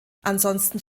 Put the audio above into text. ansonsten